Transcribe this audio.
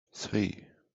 three